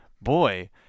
boy